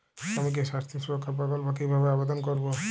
শ্রমিকের স্বাস্থ্য সুরক্ষা প্রকল্প কিভাবে আবেদন করবো?